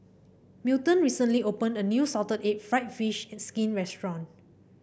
Milton recently opened a new Salted Egg fried fish and skin restaurant